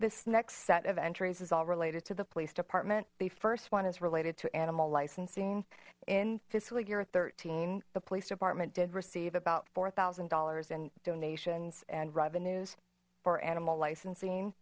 this next set of entries is all related to the police department the first one is related to animal licensing in fiscal year thirteen the police department did receive about four thousand dollars in donations and revenues for animal licensing